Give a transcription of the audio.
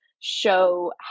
show